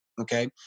Okay